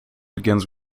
begins